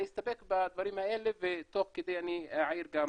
אני אסתפק בדברים האלה ותוך כדי אני אעיר גם